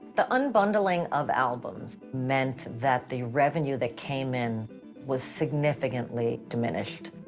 the unbundling of albums meant, that the revenue that came in was significantly diminished.